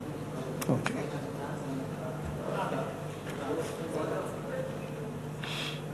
ההצעה להעביר את הנושא לוועדת הכלכלה נתקבלה.